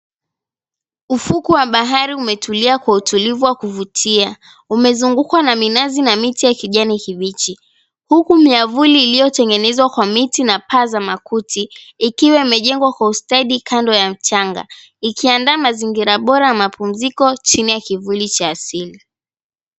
Ufukwe wa bahari umetulia kwa utulivu wa kuvutia, umezungukwa na minazi na miti ya kijani kibichi huku miavuli iliyotengenezwa kwa miti na paa za makuti ikiwa imejengwa kwa ustadi kando ya mchanga, ikiandaa mazingira bora ya mapumziko chini ya kivuli cha asili.